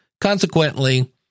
consequently